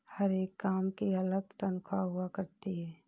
हर एक काम की अलग तन्ख्वाह हुआ करती है